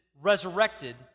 resurrected